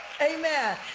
Amen